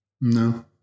No